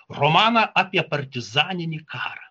romaną apie partizaninį karą